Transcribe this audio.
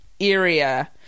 area